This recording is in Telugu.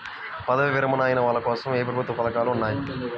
పదవీ విరమణ అయిన వాళ్లకోసం ఏ ప్రభుత్వ పథకాలు ఉన్నాయి?